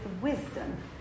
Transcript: wisdom